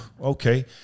okay